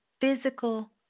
physical